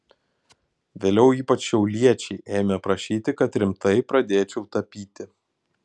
vėliau ypač šiauliečiai ėmė prašyti kad rimtai pradėčiau tapyti